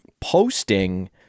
posting